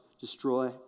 destroy